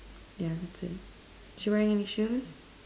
yeah that's it is she wearing any shoes